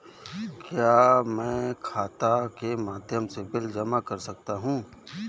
क्या मैं खाता के माध्यम से बिल जमा कर सकता हूँ?